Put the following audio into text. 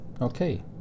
Okay